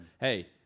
hey